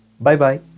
Bye-bye